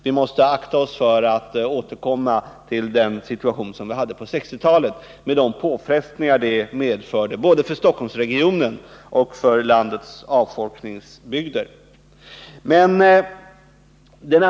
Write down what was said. Vi måste akta oss för att återkomma till den situation som rådde på 1960-talet med de påfrestningar den medförde både för Stockholmsregionen och för landets avfolkningsbygder.